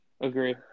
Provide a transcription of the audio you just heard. agree